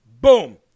Boom